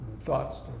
thoughts